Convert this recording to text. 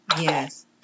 Yes